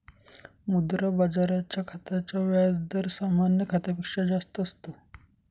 मुद्रा बाजाराच्या खात्याचा व्याज दर सामान्य खात्यापेक्षा जास्त असतो